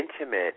intimate